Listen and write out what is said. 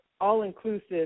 all-inclusive